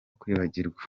kwibagirwa